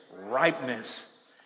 ripeness